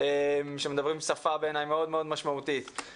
שמדברים שפה בעיניי מאוד מאוד משמעותית,